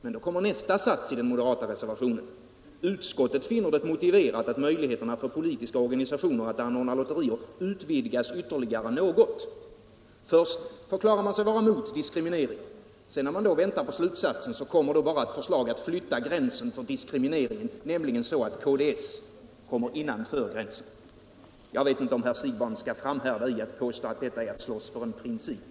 Men då kommer nästa sats i den moderata reservationen: ”Utskottet finner det motiverat att möjligheterna för politiska organisationer att anordna lotterier utvidgas ytterligare något.” Först förklarar man sig vara mot diskriminering. När vi då väntar på slutsatsen, kommer bara ett förslag om att flytta gränsen för diskriminering, nämligen så att KDS kommer innanför gränsen. Jag vet inte om herr Siegbahn skall framhärda i att påstå att detta är att slåss för en princip.